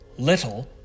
Little